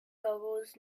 googles